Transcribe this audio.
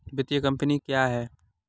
वित्तीय कम्पनी क्या है?